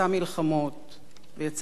ויצא גם אל מלחמת השלום,